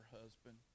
husband